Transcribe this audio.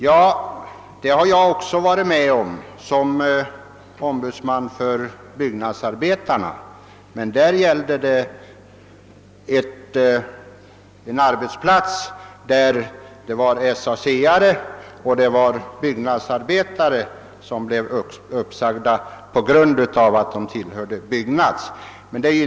Som ombudsman för byggnadsarbetarna har jag varit med om sådant, men då gällde det en arbetsplats med SAC anslutna och det var byggnadsarbetare som blev uppsagda på grund av att de tillhörde = Byggnadsarbetareförbundet.